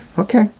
ok.